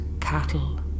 cattle